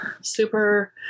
Super